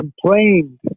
complained